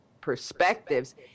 perspectives